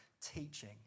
teaching